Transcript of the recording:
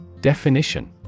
Definition